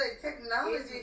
technology